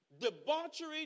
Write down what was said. Debauchery